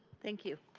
thank you.